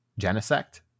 Genesect